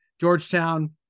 Georgetown